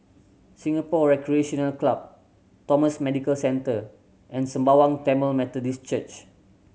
Singapore Recreation Club Thomson Medical Centre and Sembawang Tamil Methodist Church